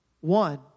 one